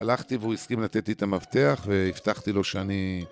הלכתי והוא הסכים לתת לי את המפתח והבטחתי לו שאני...